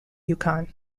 yukon